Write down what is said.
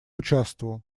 участвовал